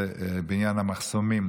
סליחה.